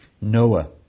Noah